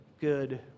good